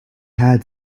had